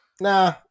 Nah